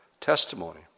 testimony